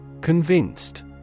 Convinced